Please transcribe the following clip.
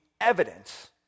evidence